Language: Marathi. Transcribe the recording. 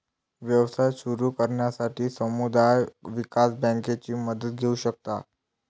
व्यवसाय सुरू करण्यासाठी समुदाय विकास बँकेची मदत घेऊ शकता